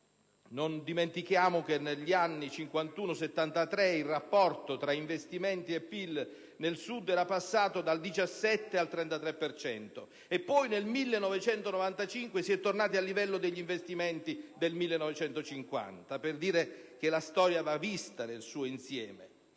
Non dimentichiamo che nel periodo 1951-1973 il rapporto tra investimenti e PIL nel Sud era passato dal 17 al 33 per cento e che nel 1995 si era tornati al livello di investimenti del 1950; ciò per dire che la storia va vista nel suo insieme.